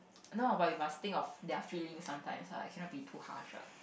no but you must think of their feelings sometimes ah you cannot be too harsh ah